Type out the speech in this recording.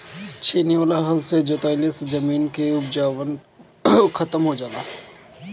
छेनी वाला हल से जोतवईले से जमीन कअ उपजाऊपन खतम हो जाला